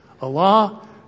Allah